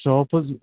shop